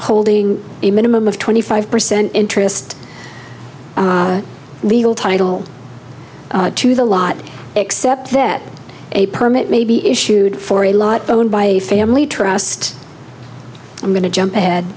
holding a minimum of twenty five percent interest a legal title to the lot except that a permit may be issued for a lot owned by a family trust i'm going to jump ahead